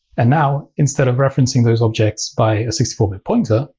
and now, instead of referencing those objects by a sixty four bit pointer,